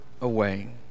away